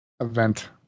event